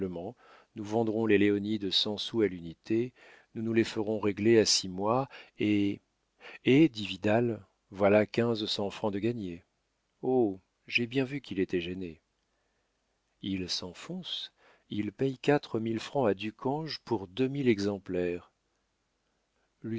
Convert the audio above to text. nous vendrons les léonide cent sous à l'unité nous nous les ferons régler à six mois et et dit vidal voilà quinze cents francs de gagnés oh j'ai bien vu qu'il était gêné il s'enfonce il paye quatre mille francs à ducange pour deux mille exemplaires